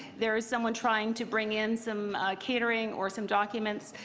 there is someone trying to bring in some catering or some documents.